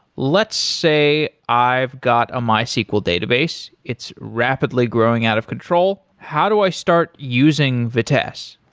let's say i've got a mysql database. it's rapidly growing out of control. how do i start using vitess?